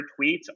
tweets